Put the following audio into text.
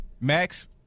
Max